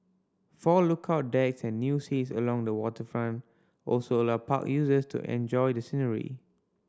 four lookout decks and new seats along the waterfront also allow park users to enjoy the scenery